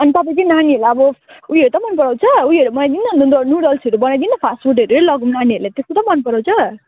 अनि तपाईँ चाहिँ नानीहरूलाई अब ऊ यो त मन पराउँछ उयोहरू बनाइदिनु न नुडल्सहरू बनाइदिनु न फास्ट फुडहरू नै लैजाऔँ नानीहरूले त्यस्तो त मन पराउँछ